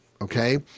Okay